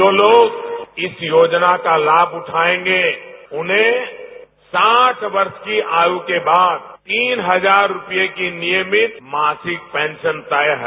जो लोग इस योजना का लाभ उठाएंगे उनमें साठ वर्ष की आयु के बाद तीन हजार रूपए की नियमित मासिक पेंशन तय है